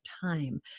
time